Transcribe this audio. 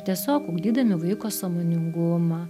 tiesiog ugdydami vaiko sąmoningumą